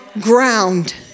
ground